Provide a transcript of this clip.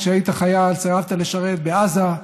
כשהיית חייל סירבת לשרת בעזה,